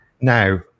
Now